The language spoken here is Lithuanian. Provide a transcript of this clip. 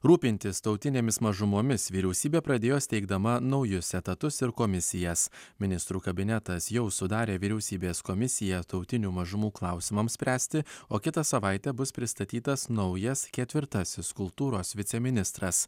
rūpintis tautinėmis mažumomis vyriausybė pradėjo steigdama naujus etatus ir komisijas ministrų kabinetas jau sudarė vyriausybės komisiją tautinių mažumų klausimams spręsti o kitą savaitę bus pristatytas naujas ketvirtasis kultūros viceministras